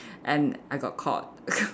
and I got caught